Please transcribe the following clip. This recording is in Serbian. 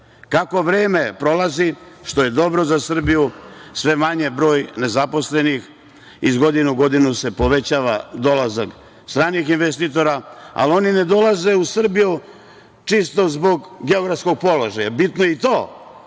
vreme prolazi, što je dobro za Srbiju, sve je manji broj nezaposlenih. Iz godine u godinu se povećava dolazak stranih investitora, ali oni ne dolaze u Srbiju čisto zbog geografskog položaja. Naravno, bitno je i to,